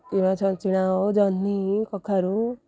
କିମ୍ବା ଛେଞ୍ଚଡ଼ା ହେଉ ଜହ୍ନି କଖାରୁ